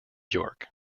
york